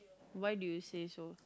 why do you say so